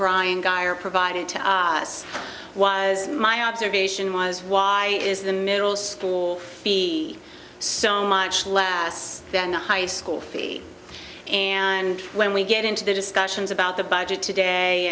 brian guy are provided to us was my observation was why is the middle school be so much less than a high school and when we get into the discussions about the budget today